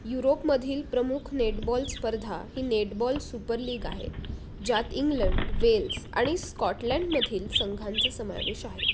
युरोपमधील प्रमुख नेटबॉल स्पर्धा ही नेटबॉल सुपरलीग आहे ज्यात इंग्लंड वेल्स आणि स्कॉटलँडमधील संघांचा समावेश आहे